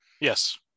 Yes